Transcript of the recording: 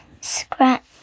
scratch